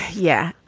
yeah,